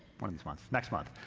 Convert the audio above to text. one of these months. next month.